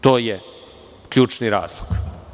To je ključni razlog.